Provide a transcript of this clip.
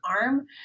arm